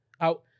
out